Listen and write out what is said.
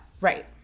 Right